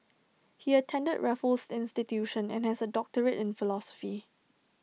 he attended Raffles institution and has A doctorate in philosophy